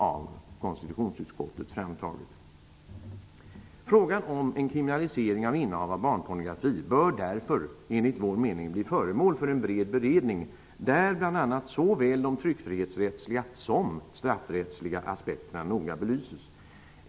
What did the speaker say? Enligt vår mening bör därför frågan om en kriminalisering av innehav av barnpornografi bli föremål för en bred beredning, där bl.a. såväl de tryckfrihetsrättsliga som de straffrättsliga aspekterna noga belyses.